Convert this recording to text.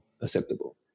acceptable